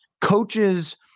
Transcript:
coaches